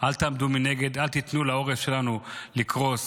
אל תעמדו מנגד, אל תיתנו לעורף שלנו לקרוס.